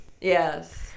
yes